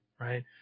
Right